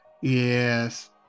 Yes